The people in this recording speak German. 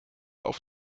auf